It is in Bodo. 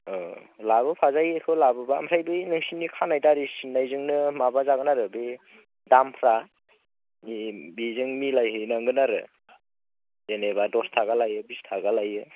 ओ लाबोफाजायो बेखौ लाबोबा ओमफ्राय बे नोंसोरनि खानाय दारि सिननायजोंनो माबा जागोन आरो बे दामफ्रा बेजों मिलायहैनांगोन आरो जेनेबा दस थाखा लायो बिस थाखा लायो